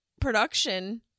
production